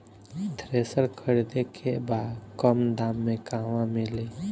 Thresher खरीदे के बा कम दाम में कहवा मिली?